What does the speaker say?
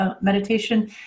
meditation